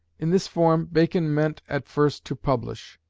in this form bacon meant at first to publish.